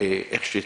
כפי שהצבענו,